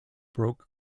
broke